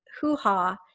hoo-ha